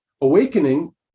Awakening